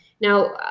Now